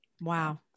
Wow